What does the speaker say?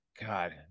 God